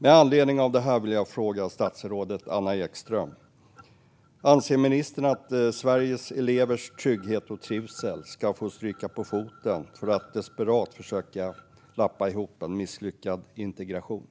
Med anledning av detta vill jag fråga statsrådet Anna Ekström: Anser ministern att Sveriges elevers trygghet och trivsel ska få stryka på foten för desperata försök att lappa ihop en misslyckad integration?